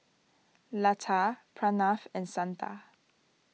Lata Pranav and Santha